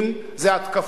זה התקפות,